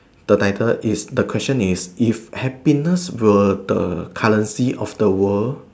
the title is the question is if happiest were the currency of the world